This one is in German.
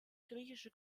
griechische